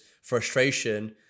frustration